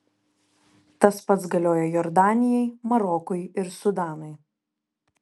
tas pats galioja jordanijai marokui ir sudanui